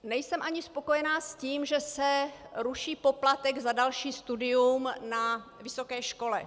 Nejsem ani spokojená s tím, že se ruší poplatek za další studium na vysoké škole.